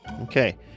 Okay